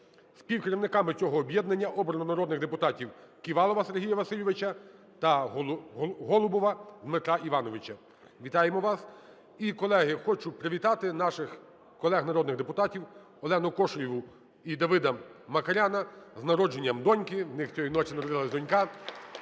Співкерівниками цього об'єднання обрано народних депутатів Ківалова Сергія Васильовича та Голубова Дмитра Івановича. Вітаємо вас. І, колеги, хочу привітати наших колег народних депутатівАльону Кошелєву і Давида Макар'яна з народженням доньки. В них цієї ночі народилась донька.